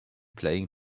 playing